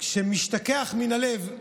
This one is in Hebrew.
שמשתכח מן הלב,